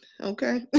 Okay